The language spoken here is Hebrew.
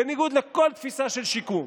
בניגוד לכל תפיסה של שיקום,